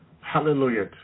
Hallelujah